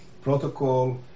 protocol